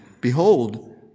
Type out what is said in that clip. behold